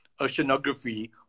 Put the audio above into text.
oceanography